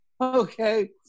Okay